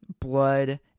blood